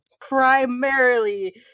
primarily